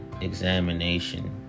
examination